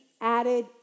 added